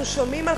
אנחנו שומעים על